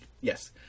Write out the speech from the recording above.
yes